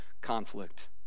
conflict